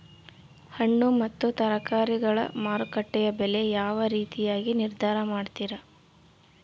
ಹಣ್ಣು ಮತ್ತು ತರಕಾರಿಗಳ ಮಾರುಕಟ್ಟೆಯ ಬೆಲೆ ಯಾವ ರೇತಿಯಾಗಿ ನಿರ್ಧಾರ ಮಾಡ್ತಿರಾ?